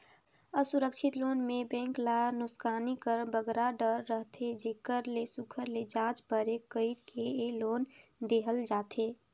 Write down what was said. असुरक्छित लोन में बेंक ल नोसकानी कर बगरा डर रहथे जेकर ले सुग्घर ले जाँच परेख कइर के ए लोन देहल जाथे